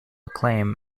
acclaim